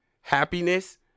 Happiness